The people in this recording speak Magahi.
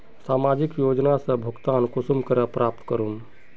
सामाजिक योजना से भुगतान कुंसम करे प्राप्त करूम?